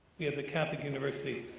we, as a catholic university,